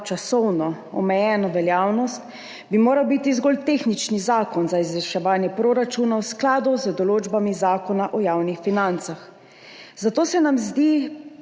časovno omejeno veljavnost, bi moral biti zgolj tehnični zakon za izvrševanje proračunov v skladu z določbami Zakona o javnih financah, zato se nam zdi